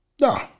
No